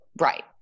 Right